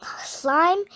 slime